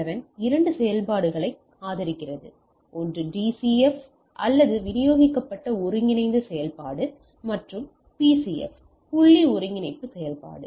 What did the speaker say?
11 இரண்டு செயல்பாடுகளை ஆதரிக்கிறது ஒன்று DCF அல்லது விநியோகிக்கப்பட்ட ஒருங்கிணைந்த செயல்பாடு மற்றும் PCF புள்ளி ஒருங்கிணைப்பு செயல்பாடு